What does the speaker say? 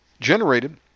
generated